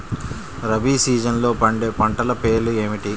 రబీ సీజన్లో పండే పంటల పేర్లు ఏమిటి?